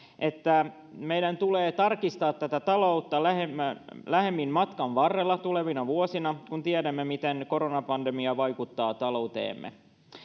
että meidän tulee tarkistaa taloutta lähemmin matkan varrella tulevina vuosina kun tiedämme miten koronapandemia vaikuttaa talouteemme